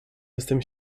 jestem